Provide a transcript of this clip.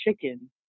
chicken